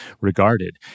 regarded